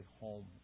home